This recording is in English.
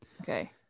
Okay